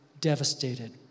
devastated